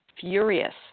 furious